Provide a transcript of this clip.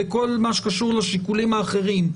בכל מה שקשור לשיקולים האחרים,